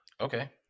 Okay